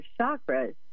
chakras